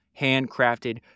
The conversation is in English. handcrafted